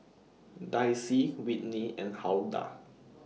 Dicy Whitney and Huldah